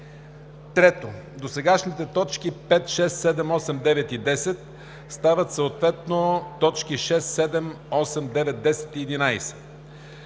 3. Досегашните т. 5, 6, 7, 8, 9 и 10 стават съответно т. 6, 7, 8, 9, 10 и 11.